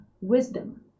wisdom